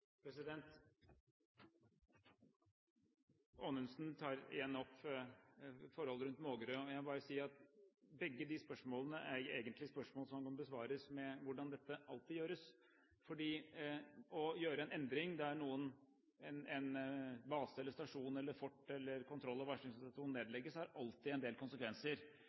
Anundsen tar igjen opp forholdet rundt Mågerø. Jeg må bare si at begge spørsmålene egentlig er spørsmål som kan besvares med hvordan dette alltid gjøres. Å gjøre en endring der en base, en stasjon, et fort eller en kontroll- og varslingsstasjon nedlegges, får alltid en del